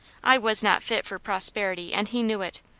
i was not fit for prosperity, and he knew it.